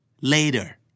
Later